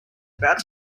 about